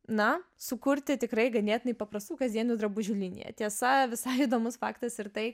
na sukurti tikrai ganėtinai paprastų kasdienių drabužių liniją tiesa visai įdomus faktas ir tai